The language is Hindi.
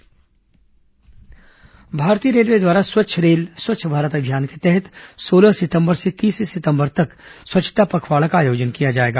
रेलवे स्वच्छता पखवाड़ा भारतीय रेलवे द्वारा स्वच्छ रेल स्वच्छ भारत अभियान के तहत सोलह सितंबर से तीस सितंबर तक स्वच्छता पखवाड़ा का आयोजन किया जाएगा